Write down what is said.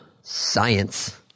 science